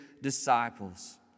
disciples